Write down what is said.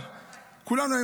כולנו.